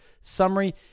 summary